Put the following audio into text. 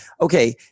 okay